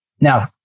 Now